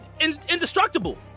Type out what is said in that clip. indestructible